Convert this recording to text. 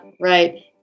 right